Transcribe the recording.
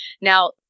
Now